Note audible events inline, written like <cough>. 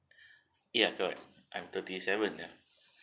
<breath> ya correct I'm thirty seven ya